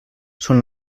són